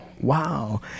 Wow